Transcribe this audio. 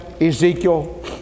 Ezekiel